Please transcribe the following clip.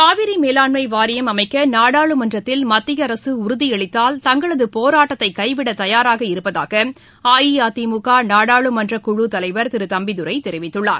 காவிரி மேலாண்மை வாரியம் அமைக்க நாடாளுமன்றத்தில் மத்திய அரசு உறுதி அளித்தால் தங்களது போராட்டத்தை கைவிட தயாராக இருப்பதாக அஇஅதிமுக நாடாளுமன்ற குழுத் தலைவர் திரு தம்பிதுரை தெரிவித்துள்ளார்